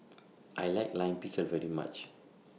I like Lime Pickle very much